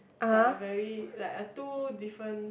is like a very like a two different